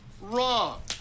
wrong